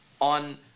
on